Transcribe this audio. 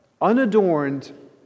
Unadorned